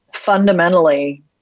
Fundamentally